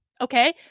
Okay